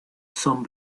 son